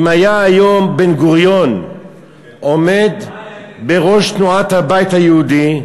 אם היה היום בן-גוריון עומד בראש תנועת הבית היהודי,